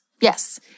yes